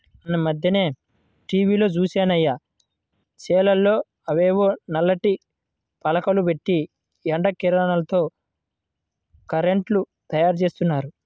మొన్నీమధ్యనే టీవీలో జూశానయ్య, చేలల్లో అవేవో నల్లటి పలకలు బెట్టి ఎండ కిరణాలతో కరెంటు తయ్యారుజేత్తన్నారు